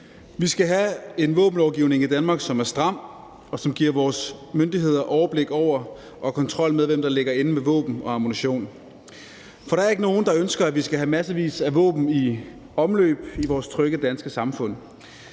Vi skal have en våbenlovgivning i Danmark, som er stram, og som giver vores myndigheder overblik over og kontrol med, hvem der ligger inde med våben og ammunition, for der er ikke nogen, der ønsker, at vi skal have massevis af våben i omløb i vores trygge danske samfund.